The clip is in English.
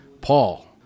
Paul